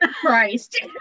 Christ